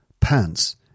pants